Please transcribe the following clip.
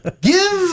Give